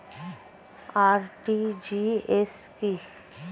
RTGS কি?